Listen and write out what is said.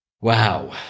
Wow